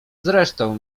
zresztą